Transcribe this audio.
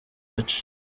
gace